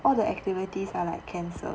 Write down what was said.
all the activities are like cancelled